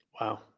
Wow